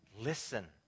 Listen